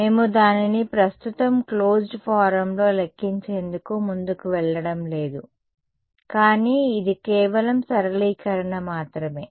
మేము దానిని ప్రస్తుతం క్లోజ్డ్ ఫారమ్లో లెక్కించేందుకు ముందుకు వెళ్లడం లేదు కానీ ఇది కేవలం సరళీకరణ మాత్రమే